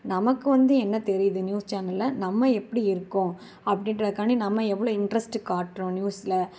நமக்கு வந்து என்ன தெரியுது நியூஸ் சேனல்ல நம்ம எப்படி இருக்கோம் அப்படின்றகான்டி நம்ம எவ்வளோ இண்ட்ரஸ்டு காட்டுறோம் நியூஸ்ல